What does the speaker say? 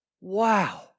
Wow